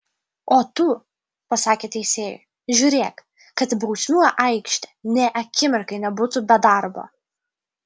o tu pasakė teisėjui žiūrėk kad bausmių aikštė nė akimirkai nebūtų be darbo